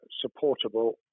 supportable